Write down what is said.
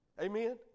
Amen